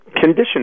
condition